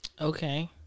Okay